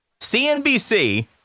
CNBC